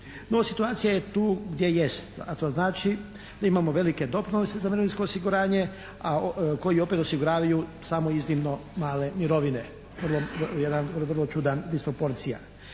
No situacija je tu gdje jest a to znači da imamo velike doprinose za mirovinsko osiguranje a koji opet osiguravaju samo iznimno male mirovine. To je jedan vrlo čudan disproporcija.